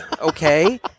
Okay